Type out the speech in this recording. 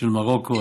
של מרוקו,